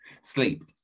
sleep